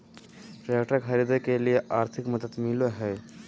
Tractor खरीदे के लिए आर्थिक मदद मिलो है?